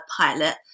pilot